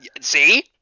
See